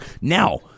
Now